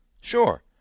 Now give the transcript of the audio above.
sure